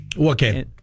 okay